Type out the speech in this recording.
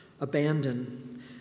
Abandon